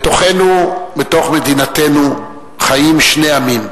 בתוכנו, בתוך מדינתנו, חיים שני עמים.